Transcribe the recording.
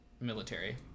military